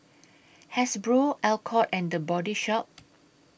Hasbro Alcott and The Body Shop